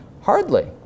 hardly